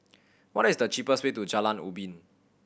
what is the cheapest way to Jalan Ubin